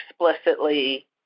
explicitly